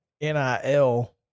NIL